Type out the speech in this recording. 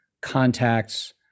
contacts